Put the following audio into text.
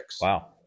Wow